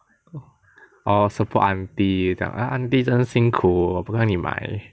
orh support auntie 那种 auntie 真辛苦不然你买